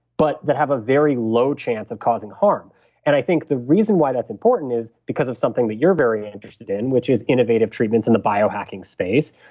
but that have a very low chance of causing harm and i think the reason why that's important is because of something that you're very interested in which is innovative treatments in the biohacking space,